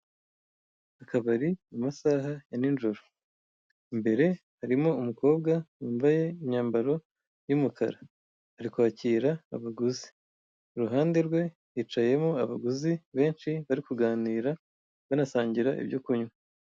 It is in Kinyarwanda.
Akabari, mu masaha ya ninjoro. Imbere harimo umukobwa wambaye imyambaro y'umukara. Ari kwakira abaguzi. Iruhande rwe hicayemo abaguzi benshi, bari kuganira, banasangira ibyo kunywa.